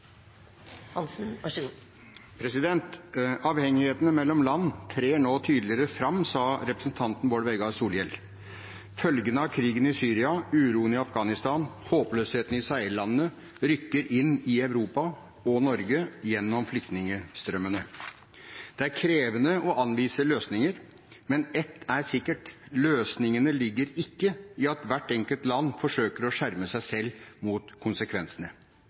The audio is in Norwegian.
Bård Vegar Solhjell. Følgene av krigen i Syria, uroen i Afghanistan og håpløsheten i Sahel-landene rykker inn i Europa og Norge gjennom flyktningstrømmene. Det er krevende å anvise løsninger, men ett er sikkert: Løsningene ligger ikke i at hvert enkelt land forsøker å skjerme seg selv mot konsekvensene.